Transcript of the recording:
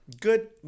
good